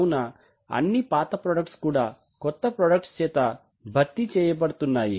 కావున అన్నీ పాత ప్రాడెక్ట్స్ కూడా కొత్త ప్రోడక్ట్స్ చేత భర్తీ చేయబడుతున్నాయి